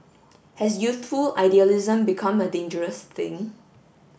has youthful idealism become a dangerous thing